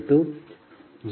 35Pg1411